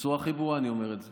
בצורה הכי ברורה אני אומר את זה.